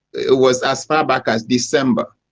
it was as far back as december.